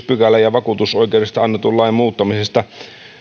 pykälän ja vakuutusoikeudesta annetun lain muuttamisesta